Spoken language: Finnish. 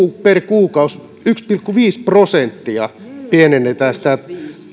per kuukausi yksi pilkku viisi prosenttia pienennetään sitä